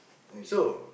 I see